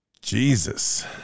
Jesus